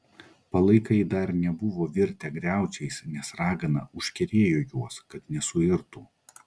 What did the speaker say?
palaikai dar nebuvo virtę griaučiais nes ragana užkerėjo juos kad nesuirtų